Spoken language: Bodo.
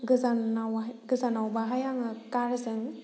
गोजानावबाहाय आङो कारजों